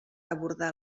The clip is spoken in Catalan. abordar